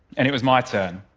and it was my turn.